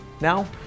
Now